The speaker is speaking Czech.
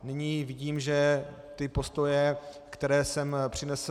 Nyní vidím, že postoje, které sem přinesl